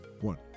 one